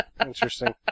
interesting